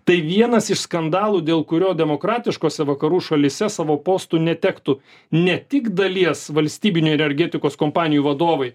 tai vienas iš skandalų dėl kurio demokratiškose vakarų šalyse savo postų netektų ne tik dalies valstybinių energetikos kompanijų vadovai